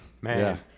Man